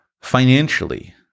Financially